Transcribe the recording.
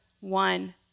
One